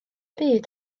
byd